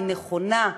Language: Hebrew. היא נכונה,